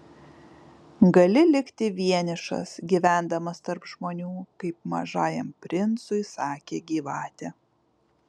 gali likti vienišas gyvendamas tarp žmonių kaip mažajam princui sakė gyvatė